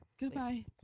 goodbye